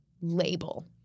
label